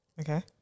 Okay